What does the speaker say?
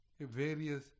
various